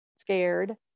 scared